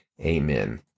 Amen